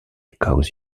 cause